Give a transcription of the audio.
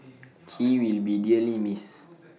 he will be dearly missed